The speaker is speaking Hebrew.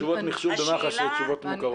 תשובות מחשוב במח"ש אלה תשובות מוכרות.